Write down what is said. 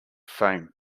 fame